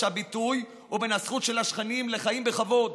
הביטוי ובין הזכות של השכנים לחיים בכבוד,